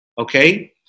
okay